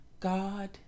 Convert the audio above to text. God